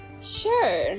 Sure